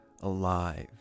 alive